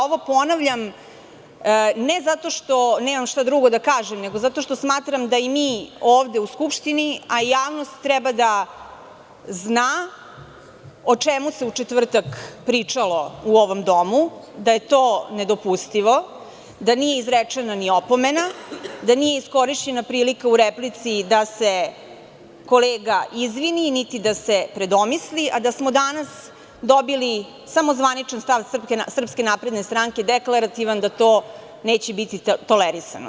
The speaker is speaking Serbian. Ovo ponavljam, ne zato što nemam šta drugo da kažem, nego zato što smatram da i mi ovde u Skupštini, a i javnost treba da zna o čemu se u četvrtak pričalo u ovom domu, da je to nedopustivo, da nije izrečena opomena, da nije iskorišćena prilika u replici da se kolega izvini, niti da se predomisli, a da smo danas dobili samo zvaničan stav SNS, deklarativan, da to neće biti tolerisano.